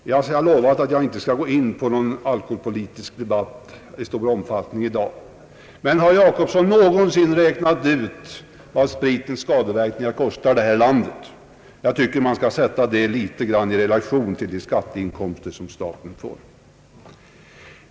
Jag lovar att inte ta upp någon stor alkoholpolitisk debatt i dag, men har herr Jacobsson någonsin räknat ut vad spritens skadeverkningar kostar detta land? Jag tycker att man litet grand skall sätta de kostnaderna i relation till statens inkomster på spritförsäljningen.